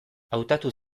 hautatu